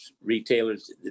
retailers